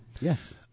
Yes